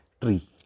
tree